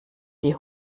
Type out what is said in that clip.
die